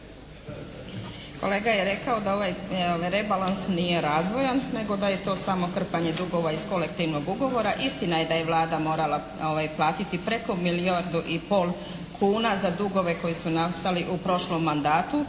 Kolega je rekao da ovaj rebalans nije razvojan nego da je to samo krpanje dugova iz kolektivnog ugovora. Istina je da je Vlada morala platiti preko milijardu i pol kuna za dugove koji su nastali u prošlom mandatu